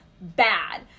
bad